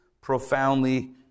profoundly